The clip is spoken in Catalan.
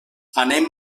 anem